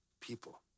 people